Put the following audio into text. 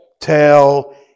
tell